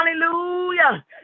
Hallelujah